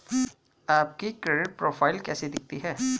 आपकी credit profile कैसी दिखती है?